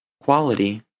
Quality